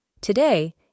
Today